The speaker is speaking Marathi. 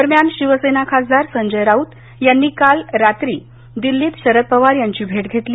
दरम्यान शिवसेना खासदार संजय राऊत यांनी काल रात्री दिल्लीत शरद पवार यांची भेट घेतली